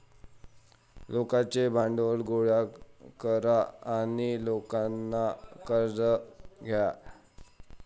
लोकांचे भांडवल गोळा करा आणि लोकांना कर्ज द्या